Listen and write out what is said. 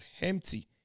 empty